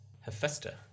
Hephaestus